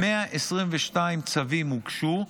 122 צווים הוגשו,